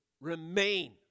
remain